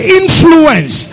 influence